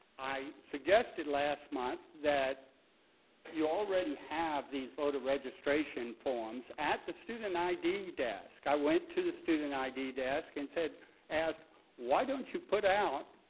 i suggested last month that you already have these voter registration forms at the student id desk. i went to the student id desk and said asked why don't you put out,